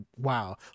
wow